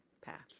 path